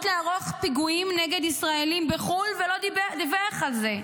לערוך פיגועים נגד ישראלים בחו"ל ולא דיווח על זה.